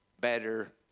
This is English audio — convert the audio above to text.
better